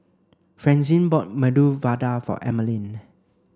Francine bought Medu Vada for Emeline